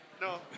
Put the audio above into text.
No